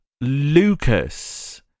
Lucas